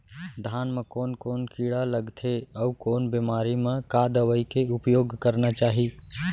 धान म कोन कोन कीड़ा लगथे अऊ कोन बेमारी म का दवई के उपयोग करना चाही?